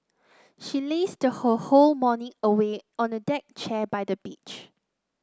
she lazed her whole morning away on a deck chair by the beach